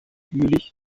jülich